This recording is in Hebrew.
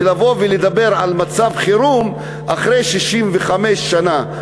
לבוא ולדבר על מצב חירום אחרי 65 שנה,